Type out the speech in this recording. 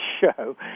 show